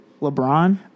LeBron